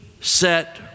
set